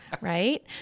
Right